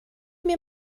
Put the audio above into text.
mir